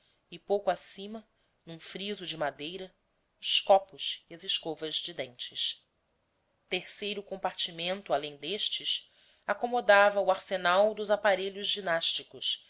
e pouco acima num friso de madeira os copos e as escovas de dentes terceiro compartimento além destes acomodava o arsenal dos aparelhos ginásticos